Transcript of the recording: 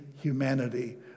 humanity